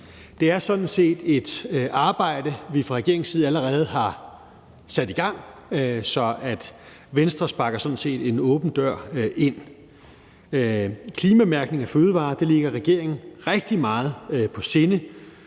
Det er sådan set et arbejde, vi fra regeringens side allerede har sat i gang, så Venstre sparker sådan set en åben dør ind. Klimamærkning af fødevarer ligger regeringen rigtig meget på sinde,